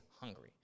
hungry